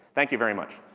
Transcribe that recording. thank you very much.